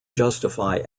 justify